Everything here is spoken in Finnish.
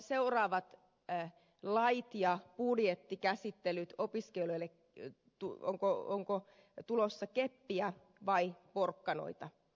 onko seuraavien lakien ja budjettikäsittelyn seurauksena tulossa opiskelijoille keppiä vai porkkanoita